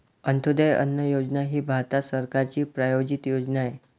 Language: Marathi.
अंत्योदय अन्न योजना ही भारत सरकारची प्रायोजित योजना आहे